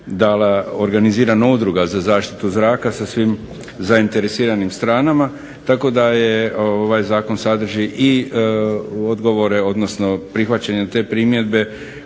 organizirana udruga za zaštitu zraka sa svim zainteresiranim stranama tako da ovaj zakon sadrži i odgovore, odnosno prihvaćanjem te primjedbe